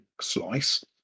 slice